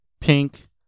pink